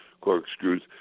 corkscrews